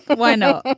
but why not?